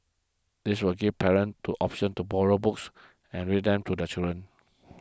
this will give parents to option to borrow books and read them to their children